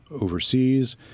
overseas